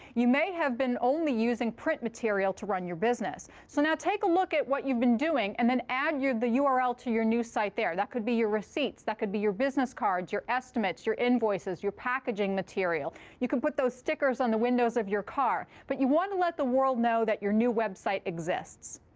you may have been only using print material to run your business. so now take a look at what you've been doing. and then add the url to your new site there. that could be your receipts. that could be your business cards, your estimates, estimates, your invoices, your packaging material. you can put those stickers on the windows of your car. but you want to let the world know that your new website exists.